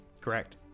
Correct